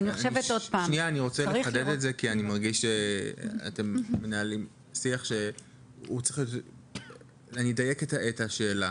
אני רוצה לחדד את זה ולדייק את השאלה.